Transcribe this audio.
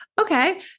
okay